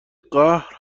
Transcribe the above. قهر